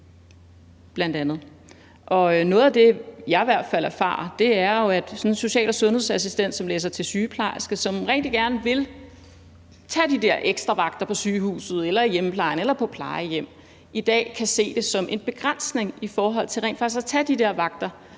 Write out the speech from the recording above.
hvert fald har erfaret, er, at social- og sundhedsassistenter, som læser til sygeplejerske, og som rigtig gerne vil tage de der ekstra vagter på sygehuset, i hjemmeplejen eller på plejehjem, i dag kan se det som en begrænsning i forhold til rent faktisk at tage